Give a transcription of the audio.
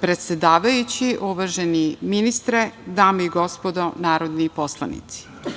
predsedavajući, uvaženi ministre, dame i gospodo narodni poslanici,